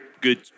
good